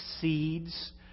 seeds